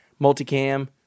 multicam